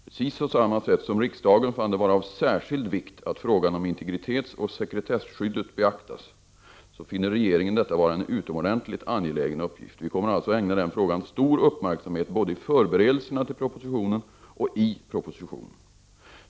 Precis på samma sätt som riksdagen fann det vara av särskild vikt att frågan om integritetsoch sekretesskyddet beaktas finner regeringen detta vara en utomordentligt angelägen uppgift. Vi kommer alltså att ägna den frågan stor uppmärksamhet både i förberedelserna till propositionen och i själva propositionen.